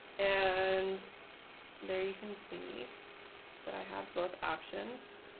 and there. you can see that i have both options.